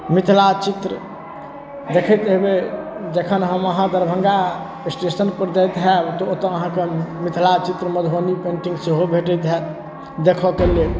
मिथिला चित्र देखैत हेबै जखन हम अहाँ दरभंगा स्टेशनपर जाइत होयब तऽ ओतऽ अहाँके मिथिला चित्र मधुबनी पेंटिंग सेहो भेटैत होयत देखक लेल